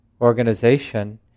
organization